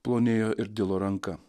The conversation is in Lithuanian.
plonėjo ir dilo ranka